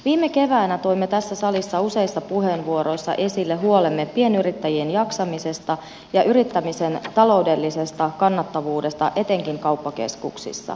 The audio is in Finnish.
viime keväänä toimme tässä salissa useissa puheenvuoroissa esille huolemme pienyrittäjien jaksamisesta ja yrittämisen taloudellisesta kannattavuudesta etenkin kauppakeskuksissa